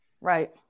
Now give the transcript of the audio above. right